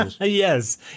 Yes